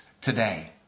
today